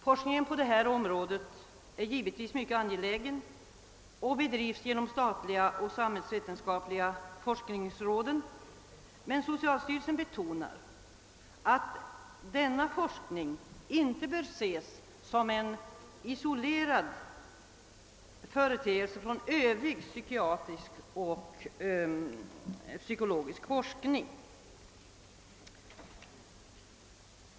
Forskningen på det här området är givetvis mycket angelägen och bedrivs genom de statliga och samhällsvetenskapliga forskningsråden, men socialstyrelsen betonar att denna forskning inte bör ses som en företeelse, isolerad från övrig psykiatrisk och psykologisk forskning.